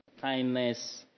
kindness